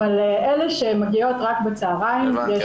אבל אלה שמתחילות רק בצהריים יש --- הבנתי,